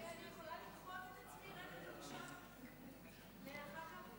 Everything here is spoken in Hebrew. אני יכולה לדחות את עצמי רגע בבקשה לאחר כך?